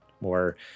more